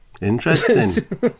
Interesting